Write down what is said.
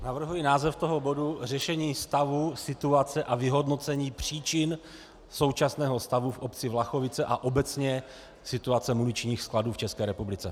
Navrhuji název bodu: Řešení stavu, situace a vyhodnocení příčin současného stavu v obci Vlachovice a obecně situace muničních skladů v České republice.